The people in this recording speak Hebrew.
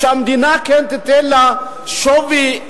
שהמדינה כן תיתן לה שווה-ערך,